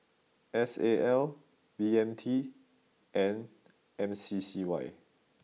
S A L B M T and M C C Y